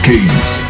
Kings